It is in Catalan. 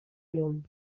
llum